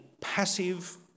passive